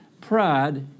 Pride